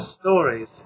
stories